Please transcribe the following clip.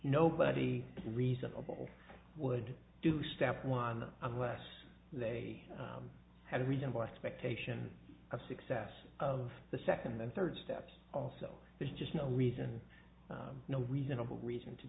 nobody reasonable would do step one of us they have a reasonable expectation of success of the second and third steps also there's just no reason no reasonable reason to